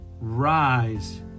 Rise